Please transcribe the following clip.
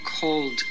cold